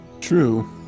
True